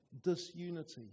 disunity